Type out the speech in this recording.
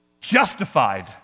Justified